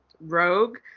Rogue